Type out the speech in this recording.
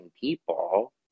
people